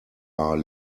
are